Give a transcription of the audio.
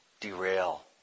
Derail